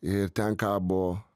ir ten kabo